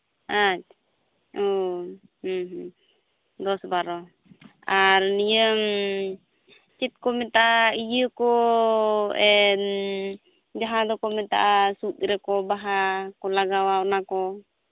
ᱟᱪᱪᱷᱟ ᱚ ᱦᱩᱸ ᱦᱩᱸ ᱫᱚᱥ ᱵᱟᱨᱚ ᱟᱨ ᱱᱤᱭᱟᱹ ᱪᱮᱫᱠᱚ ᱢᱮᱛᱟᱜᱼᱟ ᱤᱭᱟᱹ ᱠᱚ ᱡᱟᱦᱟᱸ ᱫᱚᱠᱚ ᱢᱮᱛᱟᱜᱼᱟ ᱥᱩᱫ ᱨᱮᱠᱚ ᱵᱟᱦᱟ ᱠᱚ ᱞᱟᱜᱟᱣᱟ ᱚᱱᱟ ᱠᱚ